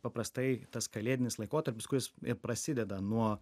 paprastai tas kalėdinis laikotarpis kuris prasideda nuo